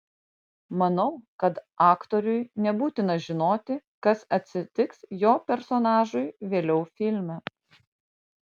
manau kad aktoriui nebūtina žinoti kas atsitiks jo personažui vėliau filme